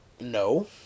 no